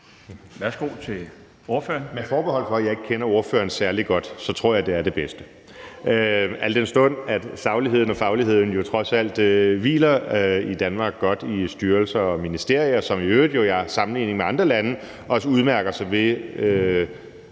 (DF): Med det forbehold, at jeg ikke kender ordføreren særlig godt, tror jeg, det er det bedste, al den stund at sagligheden og fagligheden jo trods alt hviler godt i styrelser og ministerier i Danmark, som jo i øvrigt i sammenligning med andre lande også udmærker sig ved,